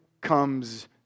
comes